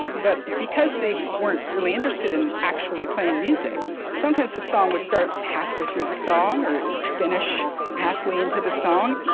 but, because they weren't really interested in actually playing music, sometimes the song would start halfway through the song or it would finish halfway into the song